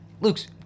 Luke's